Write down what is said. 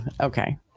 Okay